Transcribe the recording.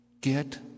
Get